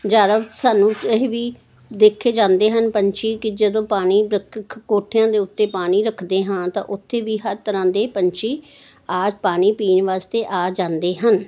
ਜ਼ਿਆਦਾ ਸਾਨੂੰ ਇਹ ਵੀ ਦੇਖੇ ਜਾਂਦੇ ਹਨ ਪੰਛੀ ਕਿ ਜਦੋਂ ਪਾਣੀ ਕੋਠਿਆਂ ਦੇ ਉੱਤੇ ਪਾਣੀ ਰੱਖਦੇ ਹਾਂ ਤਾਂ ਉੱਥੇ ਵੀ ਹਰ ਤਰ੍ਹਾਂ ਦੇ ਪੰਛੀ ਆ ਪਾਣੀ ਪੀਣ ਵਾਸਤੇ ਆ ਜਾਂਦੇ ਹਨ